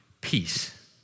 peace